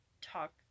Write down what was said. talk